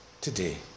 today